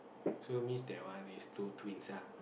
so means that one is two twins lah